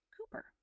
Cooper